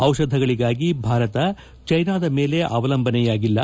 ಡಿಷಧಿಗಳಿಗಾಗಿ ಭಾರತ ಚೀನಾದ ಮೇಲೆ ಅವಲಂಬನೆಯಾಗಿಲ್ಲ